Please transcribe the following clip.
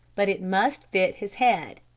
but it must fit his head.